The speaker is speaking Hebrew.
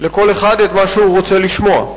לכל אחד את מה שהוא רוצה לשמוע.